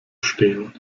stehen